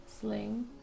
Sling